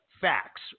facts